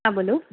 હા બોલો